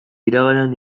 iraganean